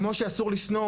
כמו שאסור לשנוא